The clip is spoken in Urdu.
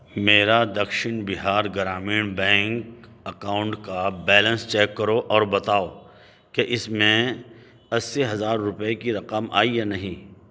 میرا دکشن بہار گرامین بینک اکاؤنٹ کا بیلنس چیک کرو اور بتاؤ کہ اس میں اسّی ہزار روپے کی رقم آئی یا نہیں